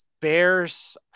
bears